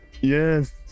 Yes